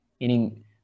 meaning